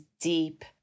deep